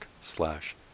slash